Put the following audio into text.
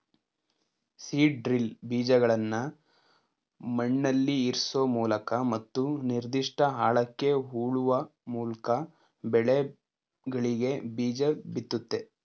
seed drill ಬೀಜಗಳ್ನ ಮಣ್ಣಲ್ಲಿಇರ್ಸೋಮೂಲಕ ಮತ್ತು ನಿರ್ದಿಷ್ಟ ಆಳಕ್ಕೆ ಹೂಳುವಮೂಲ್ಕಬೆಳೆಗಳಿಗೆಬೀಜಬಿತ್ತುತ್ತೆ